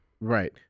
Right